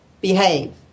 behave